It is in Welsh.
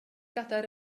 gadair